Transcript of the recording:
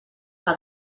que